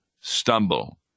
stumble